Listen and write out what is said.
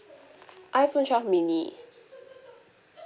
iPhone twelve mini